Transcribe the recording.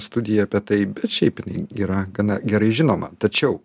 studija apie tai bet šiaip jinai yra gana gerai žinoma tačiau